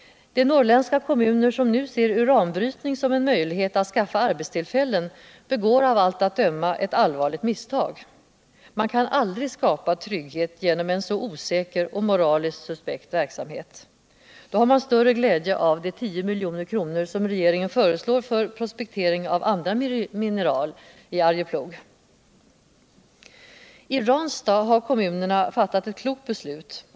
De norrländska kommuner som nu ser uranbrytning som en möjlighet att skalfa arbetsullfällen begår av allt att döma et allvarligt misstag. Man kan aldrig skapa trygghet genom en så osäker och moraliskt suspekt verksamhet. Då har man större glädje av de 10 mill. kr. som regeringen föreslår för prospektering av andra mineral i Arjeplog. I Ranstad har kommunerna fattat ett klokt beslut.